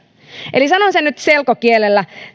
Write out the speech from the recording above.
eli sanon sen nyt selkokielellä